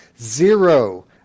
zero